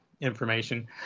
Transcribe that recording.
information